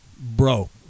bro